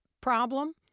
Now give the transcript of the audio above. problem